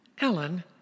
Ellen